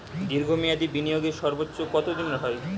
দীর্ঘ মেয়াদি বিনিয়োগের সর্বোচ্চ কত দিনের হয়?